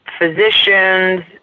physicians